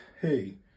hey